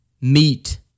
meat